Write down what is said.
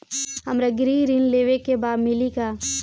हमरा गृह ऋण लेवे के बा मिली का?